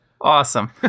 Awesome